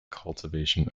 cultivation